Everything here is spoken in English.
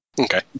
Okay